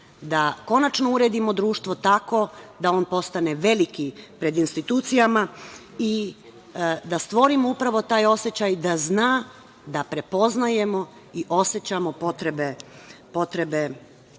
da konačno uredimo društvo tako da on postane veliki pred institucijama i da stvorimo upravo taj osećaj da zna da prepoznajemo i osećamo potrebe